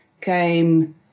came